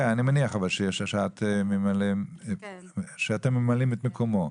כן, אבל אני מניח שאתם ממלאים את מקומו.